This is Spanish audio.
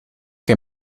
que